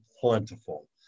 plentiful